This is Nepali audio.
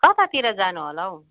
कतातिर जानु होला हौ